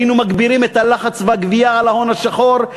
היינו מגבירים את הלחץ והגבייה על ההון השחור,